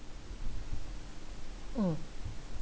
mm